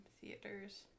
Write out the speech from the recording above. theaters